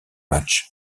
match